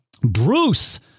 Bruce